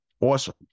awesome